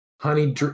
honey